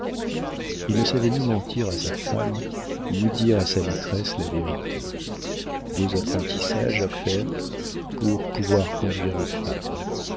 il ne savait ni mentir à sa femme ni dire à sa maîtresse la vérité deux apprentissages à faire pour pouvoir conduire les femmes